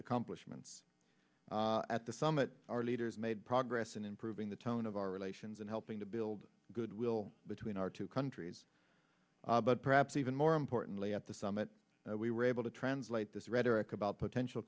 accomplishments at the summit our leaders made progress in improving the tone of our relations and helping to build goodwill between our two countries but perhaps even more importantly at the summit we were able to translate this rhetoric about potential